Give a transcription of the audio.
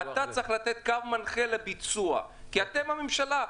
אתה צריך לתת קו מנחה לביצוע כי אתם הממשלה.